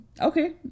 Okay